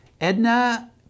Edna